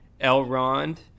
Elrond